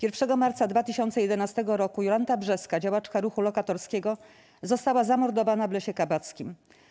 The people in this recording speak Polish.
1 marca 2011 roku Jolanta Brzeska, działaczka ruchu lokatorskiego, została zamordowana w Lesie Kabackim.